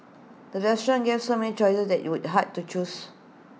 the restaurant gave so many choices that IT was hard to choose